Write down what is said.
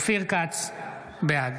בעד